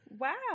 Wow